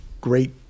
great